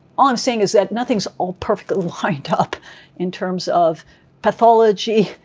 all i'm saying is that nothing's all perfectly lined up in terms of pathology,